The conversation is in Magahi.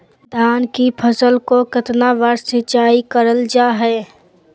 धान की फ़सल को कितना बार सिंचाई करल जा हाय?